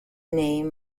name